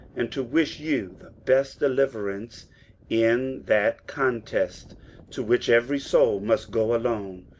and to wish you the best deliverance in that contest to which every soul must go alone.